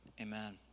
Amen